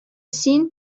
син